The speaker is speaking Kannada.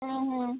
ಹಾಂ ಹಾಂ